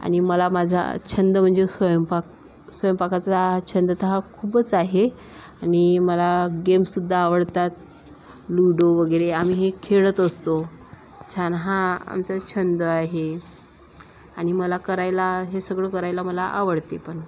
आणि मला माझा छंद म्हणजे स्वयंपाक स्वयंपाकाचा छंद त हा खूपच आहे आणि मला गेम्सुद्धा आवडतात लुडो वगैरे आम्ही हे खेळत असतो छान हा आमचा छंद आहे आणि मला करायला हे सगळं करायला मला आवडते पण